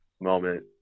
moment